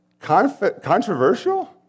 controversial